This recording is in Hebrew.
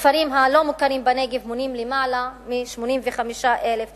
הכפרים הלא-מוכרים בנגב מונים יותר מ-83,000 תושבים,